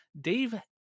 Dave